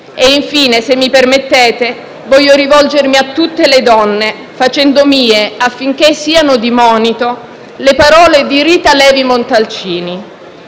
Infine, se mi permettete, voglio rivolgermi a tutte le donne, facendo mie, affinché siano di monito, le parole di Rita Levi Montalcini: